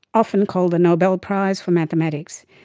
often called the nobel prize for mathematics,